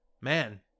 Man